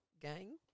gang